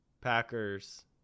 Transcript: packers